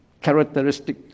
Characteristic